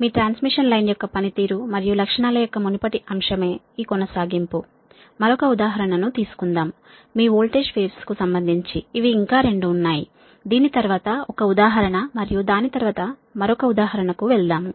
మీ transmission line యొక్క పనితీరు మరియు లక్షణాల యొక్క మునుపటి అంశమే ఈ కొనసాగింపు మరొక ఉదాహరణ ను తీసుకుందాం మీ వోల్టేజ్ వేవ్స్ కు సంబంధించి ఇవి ఇంకా 2 ఉన్నాయి దీని తర్వాత ఒక ఉదాహరణ మరియు దాని తర్వాత మరొక ఉదాహరణ కు వెళదాము